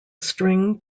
string